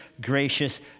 gracious